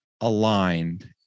aligned